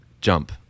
jump